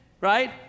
right